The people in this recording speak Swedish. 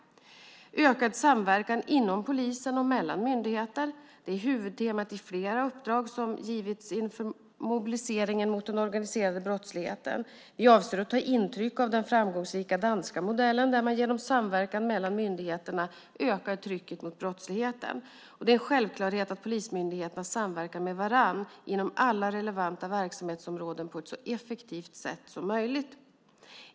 Ökad samverkan inom polisen och mellan myndigheter är huvudtemat i flera uppdrag som givits inför mobiliseringen mot den organiserade brottsligheten. Vi avser att ta intryck av den framgångsrika danska modellen där man genom samverkan mellan myndigheterna ökar trycket mot brottsligheten. Det är en självklarhet att polismyndigheterna samverkar med varandra inom alla relevanta verksamhetsområden på ett så effektivt sätt som möjligt.